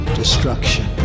destruction